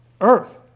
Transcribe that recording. earth